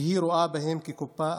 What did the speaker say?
שהיא רואה בהם קופה,